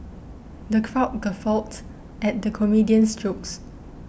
the crowd guffawed at the comedian's jokes